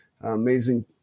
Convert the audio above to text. Amazing